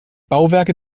bauwerke